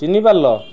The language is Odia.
ଚିହ୍ନି ପାରିଲ